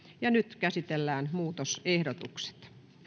nyt käsitellään muutosehdotukset